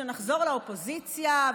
שנחזור לאופוזיציה.